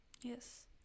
Yes